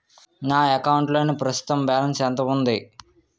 నా అకౌంట్ లోని ప్రస్తుతం బాలన్స్ ఎంత ఉంది?